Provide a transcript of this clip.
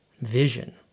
Vision